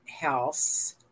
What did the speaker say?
House